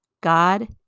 God